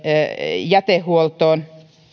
jätehuoltoon